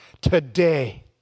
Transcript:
today